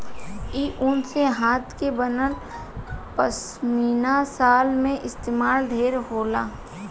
इ ऊन से हाथ के बनल पश्मीना शाल में इस्तमाल ढेर होला